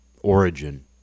origin